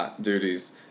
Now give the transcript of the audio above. Duties